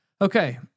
Okay